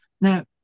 Now